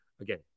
again